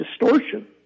distortion